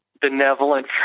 benevolent